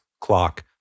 clock